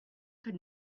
could